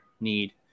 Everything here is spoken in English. need